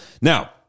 Now